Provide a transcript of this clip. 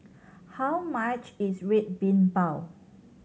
how much is Red Bean Bao